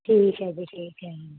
ਠੀਕ ਹੈ ਜੀ ਠੀਕ ਹੈ